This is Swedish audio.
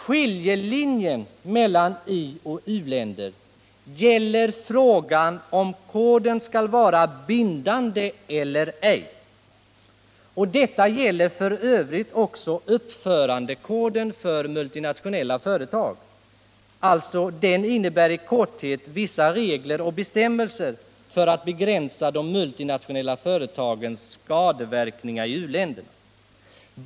Skiljelinjen mellan ioch u-länder gäller frågan om koden skall vara bindande eller ej, och detta gäller f.ö. också uppförandekoden för multinationella företag, som i korthet innebär vissa regler och bestämmelser för att begränsa de multinationella företagens skadeverkningar i u-länderna.